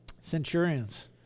Centurions